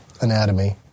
anatomy